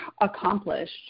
accomplished